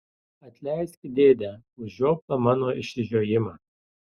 atleiski dėde už žioplą mano išsižiojimą